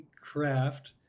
craft